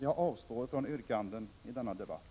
Jag avstår från yrkanden i denna debatt.